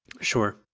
Sure